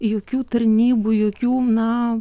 jokių tarnybų jokių na